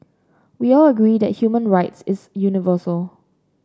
we all agree that human rights is universal